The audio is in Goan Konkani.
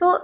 सो